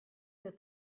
where